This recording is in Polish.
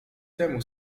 temu